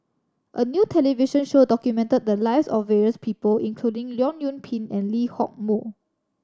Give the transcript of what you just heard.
a new television show documented the lives of various people including Leong Yoon Pin and Lee Hock Moh